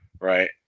right